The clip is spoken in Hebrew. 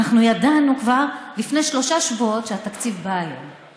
ידענו כבר לפני שלושה שבועות שהתקציב בא היום,